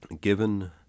given